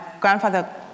grandfather